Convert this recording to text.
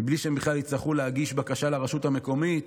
בלי שהם בכלל יצטרכו להגיש בקשה לרשות המקומית.